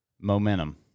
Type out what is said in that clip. Momentum